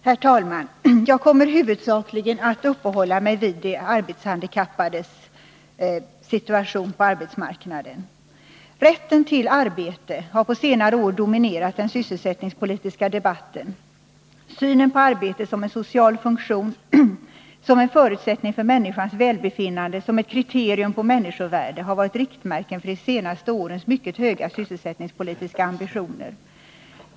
Herr talman! Jag kommer huvudsakligen att uppehålla mig vid de arbetshandikappades situation på arbetsmarknaden. Rätten till arbete har på senare år dominerat den sysselsättningspolitiska debatten. Synen på arbetet som en social funktion, som en förutsättning för människans välbefinnande, som ett kriterium på människovärde har varit riktmärken för de senaste årens mycket höga sysselsättningspolitiska ambitioner.